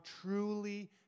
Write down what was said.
truly